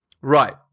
Right